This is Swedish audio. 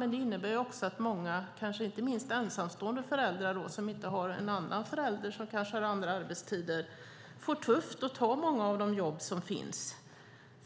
Men det innebär också att många, kanske inte minst ensamstående föräldrar, där det inte finns en annan förälder med andra arbetstider, får det tufft när det gäller att ta många av de jobb som finns.